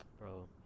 Bro